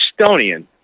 estonian